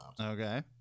Okay